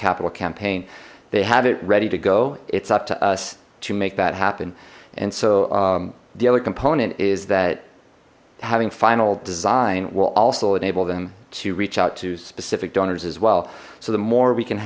capital campaign they have it ready to go it's up to us to make that happen and so the other component is that having final design will also enable them to reach out to specific donors as well so the more we can